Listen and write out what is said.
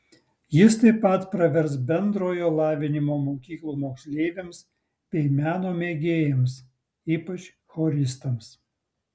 jis taip pat pravers bendrojo lavinimo mokyklų moksleiviams bei meno mėgėjams ypač choristams